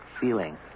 feeling